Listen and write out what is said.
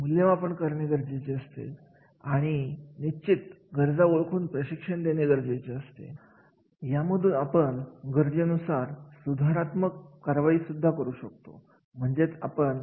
आणि जेव्हा जेव्हा ते संस्थेची रचना पाहत जायचे तेव्हा प्रत्येक रचनेमध्ये प्रत्येक थरावर कोणती कार्य महत्त्वाचे आहेत याची नोंदणी करून घेतली आणि त्या कार्यासाठी एक सक्षम अधिकारी नियोजित करायचे ठरवले व त्या अधिकाऱ्याला काही जबाबदाऱ्या देण्यात आल्या